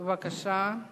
בבקשה.